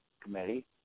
committee